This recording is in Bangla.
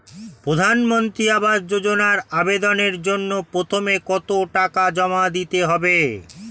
প্রধানমন্ত্রী আবাস যোজনায় আবেদনের জন্য প্রথমে কত টাকা জমা দিতে হবে?